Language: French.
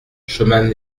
chemin